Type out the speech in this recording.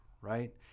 right